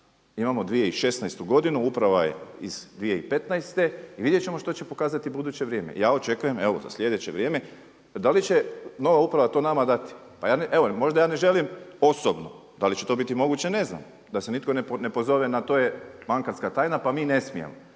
imamo 2016. godinu, uprava je iz 2015. i vidjet ćemo što će pokazati buduće vrijeme. Ja očekujem evo za sljedeće vrijeme da li će nova uprava to nama dati. Pa evo možda ja ne želim osobno, da li će to biti moguće ne znam da se nitko ne pozove na to je bankarska tajna pa mi ne smijemo.